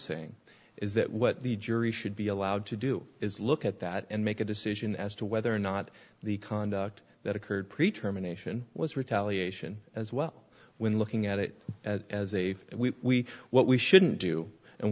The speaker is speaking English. saying is that what the jury should be allowed to do is look at that and make a decision as to whether or not the conduct that occurred pre term anation was retaliation as well when looking at it as if we what we shouldn't do and